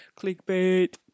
Clickbait